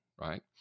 right